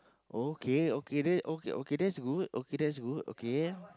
okay okay that okay okay that's good okay that's good okay